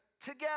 together